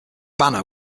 banner